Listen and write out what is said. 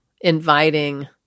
inviting